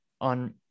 on